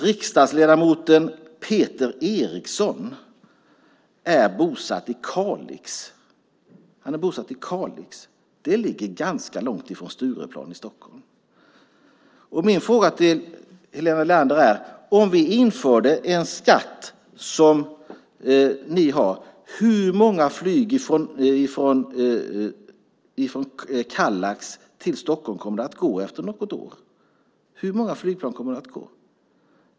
Riksdagsledamoten Peter Eriksson är bosatt i Kalix. Det ligger ganska långt från Stureplan i Stockholm. Om vi inför en sådan skatt som ni vill ha, hur många flyg kommer att gå från Kallax till Stockholm efter något år?